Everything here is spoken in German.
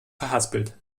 verhaspelt